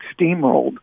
steamrolled